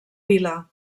vila